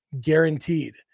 guaranteed